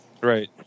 Right